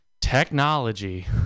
technology